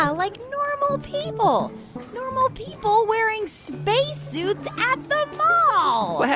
ah like normal people normal people wearing space suits at the mall